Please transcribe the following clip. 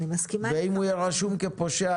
אם הוא יהיה רשום כפושע,